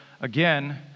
again